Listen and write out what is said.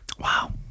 Wow